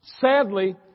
sadly